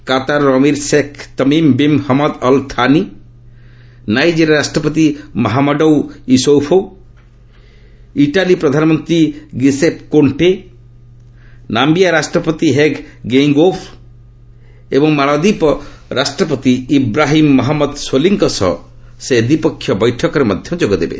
କାତାରର ଅମିର୍ Sheikh Tamim bin Hamad Al Thani Nigeria ରାଷ୍ଟ୍ରପତି Mahamadou Issoufou Italy ପ୍ରଧାନମନ୍ତ୍ରୀ Giuseppe Conte ନାୟିଆ ରାଷ୍ଟ୍ରପତି ହେଗ୍ ଗେଇଁଗୋବ୍ ଏବଂ ମାଳଦୀପ ରାଷ୍ଟ୍ରପତି ଇବ୍ରାହିମ୍ ମହମ୍ମଦ ସୋଲିଙ୍କ ସହ ଶ୍ରୀ ମୋଦୀ ଦ୍ୱିପକ୍ଷିୟ ବୈଠକରେ ଯୋଗ ଦେବେ